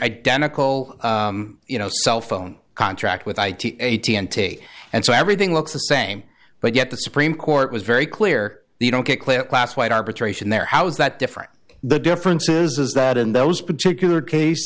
identical you know cell phone contract with i t eighty n t and so everything looks the same but yet the supreme court was very clear they don't get clear class white arbitration there how is that different the difference is that in those particular cas